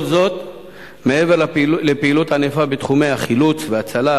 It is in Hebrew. כל זאת מעבר לפעילות ענפה בתחומי החילוץ וההצלה,